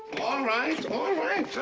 all right! all right!